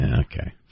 Okay